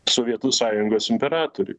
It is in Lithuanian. sovietų sąjungos imperatoriui